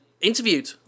Interviewed